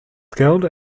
skilled